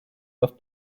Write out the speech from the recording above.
with